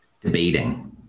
Debating